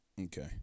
Okay